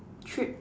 trip